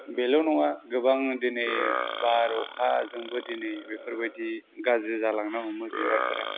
बेल' नङा गोबां दिनै बार अखाजोंबो दिनै बेफोरबायदि गाज्रि जालांनो हमो बिबारफोरा